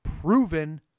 proven